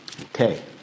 Okay